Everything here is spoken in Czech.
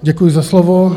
Děkuji za slovo.